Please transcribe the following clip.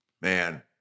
man